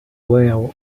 were